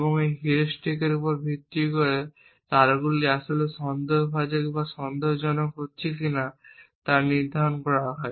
এবং এই হিউরিস্টিকসের উপর ভিত্তি করে তারগুলি আসলে সন্দেহজনক বা সন্দেহজনক হচ্ছে কিনা তা নির্ধারণ করা হয়